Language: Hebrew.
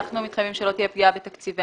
אנחנו מתחייבים שלא תהיה פגיעה בתקציבי